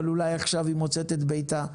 אבל אולי עכשיו היא מוצאת את ביתה.